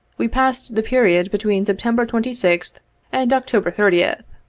we passed the period between september twenty sixth and october thirtieth.